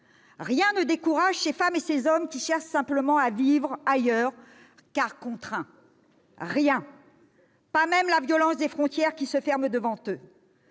rien ne décourage ces femmes et ces hommes qui cherchent simplement à vivre ailleurs, car ils y sont contraints, rien, pas même la violence des frontières qui se ferment devant eux.